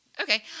Okay